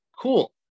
Cool